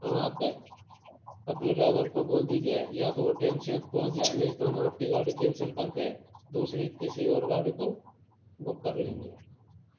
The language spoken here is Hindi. आप अपने ड्राइवर को बोल दीजिए या तो वो टाइम से पहुंच जाए नहीं तो हम आप की गाड़ी कैंसिल कर के दूसरी किसी और गाड़ी को बुक कर लेंगे